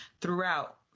throughout